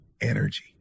Energy